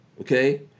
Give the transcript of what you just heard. Okay